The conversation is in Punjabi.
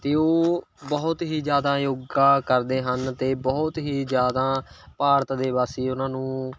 ਅਤੇ ਉਹ ਬਹੁਤ ਹੀ ਜ਼ਿਆਦਾ ਯੋਗਾ ਕਰਦੇ ਹਨ ਅਤੇ ਬਹੁਤ ਹੀ ਜ਼ਿਆਦਾ ਭਾਰਤ ਦੇ ਵਾਸੀ ਉਹਨਾਂ ਨੂੰ